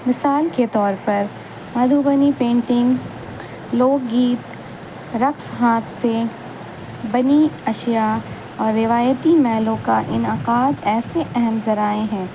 مثال کے طور پر مدھوبنی پینٹنگ لوک گیت رقص ہادھثے بنی اشیاء اور روایتی میلوں کا انعقاد ایسے اہم ذرائع ہیں